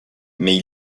mais